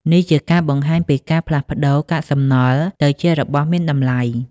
នេះជាការបង្ហាញពីការផ្លាស់ប្តូរកាកសំណល់ទៅជារបស់មានតម្លៃ។